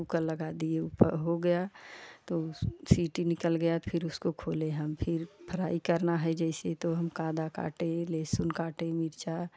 cooker लगा दिए उप हो गया तो उस सिटी निकल गया तो फिर उसको खोले हम फिर फ्राई करना है जैसे तो हम कांदा काटे लहसून काटे मिर्चा